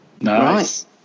Nice